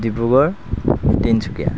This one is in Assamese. ডিব্ৰুগড় তিনিচুকীয়া